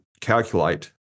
calculate